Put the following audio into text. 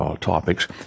topics